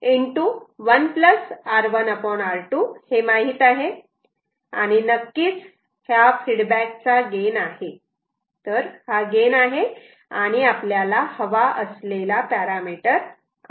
आणी नक्कीच हे फीडबॅक चा गेन आहे हा गेन आहे आणि आपल्याला हवा असलेला पॅरामीटर आहे